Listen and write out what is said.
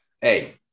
Hey